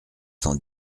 cent